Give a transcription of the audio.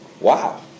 Wow